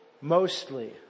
mostly